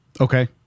Okay